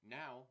now